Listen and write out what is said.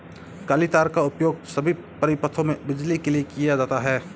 काली तार का उपयोग सभी परिपथों में बिजली के लिए किया जाता है